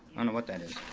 don't know what that is.